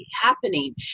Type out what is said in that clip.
happening